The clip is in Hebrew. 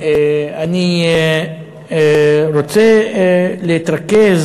אני רוצה להתרכז,